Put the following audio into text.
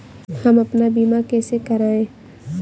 हम अपना बीमा कैसे कराए?